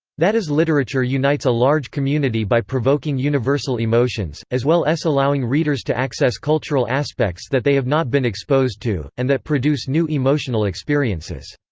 that is literature unites a large community by provoking universal emotions, as well s allowing readers to access cultural aspects that they have not been exposed to, and that produce new emotional experiences.